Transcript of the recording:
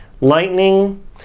Lightning